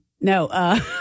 No